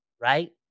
right